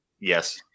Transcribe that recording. Yes